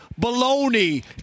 baloney